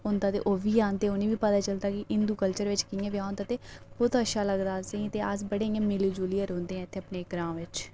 ते ओह्बी आंदे ते उनेंगी बी पता चलदा कि हिंदू कल्चर बिच कियां ब्याह् होंदा ते बहुत अच्छा लगदा ते अस इंया मिली जुलियै रौहंदे इत्थै अपने ग्रांऽ बिच